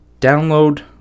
download